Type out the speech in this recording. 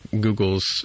Google's